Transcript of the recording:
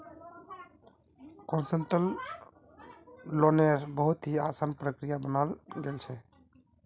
concessional लोन्नेर बहुत ही असान प्रक्रिया बनाल गेल छे